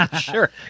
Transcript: Sure